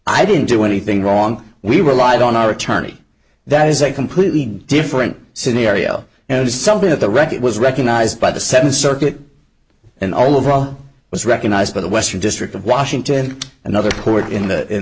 i didn't do anything wrong we relied on our attorney that is a completely different scenario and it's something that the record was recognized by the seventh circuit and all of all was recognized by the western district of washington another court in that in